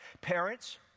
Parents